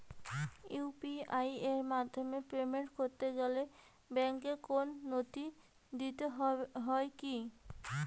UPI এর মাধ্যমে payment করতে গেলে ব্যাংকের কোন নথি দিতে হয় কি?